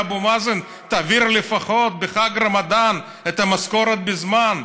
לאבו מאזן: תעביר לפחות בחג הרמדאן את המשכורת בזמן,